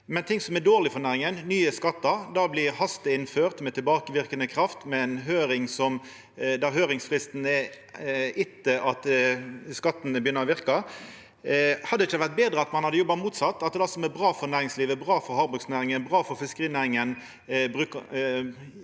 Men det som er dårleg for næringa, nye skattar, blir hasteinnført med tilbakeverkande kraft og med ei høyring der høyringsfristen er ute etter at skattane begynner å verka. Hadde det ikkje vore betre om ein hadde jobba motsett, at det som er bra for næringslivet, bra for havbruksnæringa, bra for fiskerinæringa,